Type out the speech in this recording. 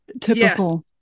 typical